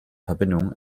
verbindungen